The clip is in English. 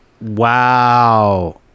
Wow